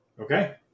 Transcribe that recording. Okay